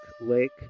Lake